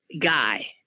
guy